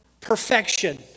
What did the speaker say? perfection